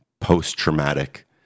post-traumatic